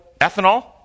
ethanol